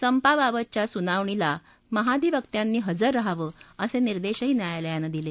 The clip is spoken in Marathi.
संपाबाबतच्या सुनावणीला महाधिवक्त्यंनी हजर रहावं असे निर्देशही न्यायालयानं दिले